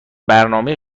برنامه